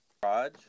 Garage